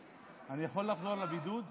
אני יכול לחזור לנושא הבידוד?